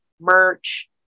merch